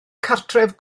cartref